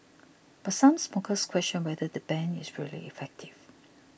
but some smokers question whether the ban is really effective